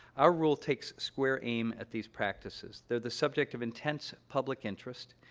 our rule takes square aim at these practices. they're the subject of intense public interest,